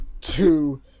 two